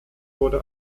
wurde